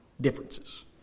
differences